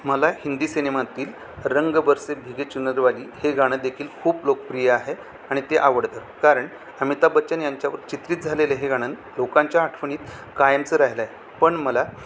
मला हिंदी सिनेमातील रंग बरसे भिगे चुनरवाली हे गाणं देखील खूप लोकप्रिय आहे आणि ते आवडतं कारण अमिताभ बच्चन यांच्यावर चित्रित झालेले हे गाणं लोकांच्या आठवणीत कायमचं राहिलंय पण मला